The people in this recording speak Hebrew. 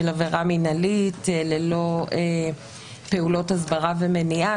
עבירה מינהלית ללא פעולות הסברה ומניעה.